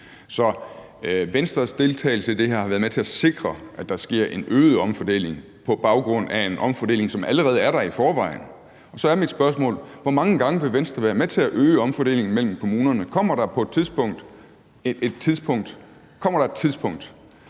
Så Venstres deltagelse i det her har været med til at sikre, at der sker en øget omfordeling på baggrund af en omfordeling, som allerede er der i forvejen. Så er mit spørgsmål: Hvor mange gange vil Venstre være med til at øge omfordelingen mellem kommunerne? Kommer der et tidspunkt, hvor omfordelingen